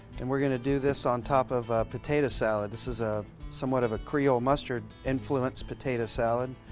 and we're going to do this on top of potato salad. this is ah somewhat of a creole mustard influence potato salad.